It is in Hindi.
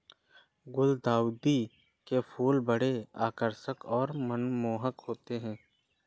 गुलदाउदी के फूल बड़े आकर्षक और मनमोहक होते हैं